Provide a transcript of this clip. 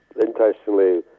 interestingly